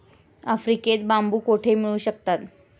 आफ्रिकेत बांबू कुठे मिळू शकतात?